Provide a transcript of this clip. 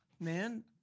man